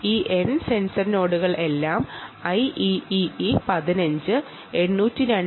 ഈ n sensor നോഡുകളെല്ലാം IEEE 15 802